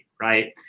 right